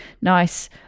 nice